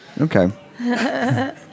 Okay